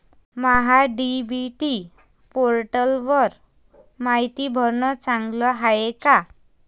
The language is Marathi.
महा डी.बी.टी पोर्टलवर मायती भरनं चांगलं हाये का?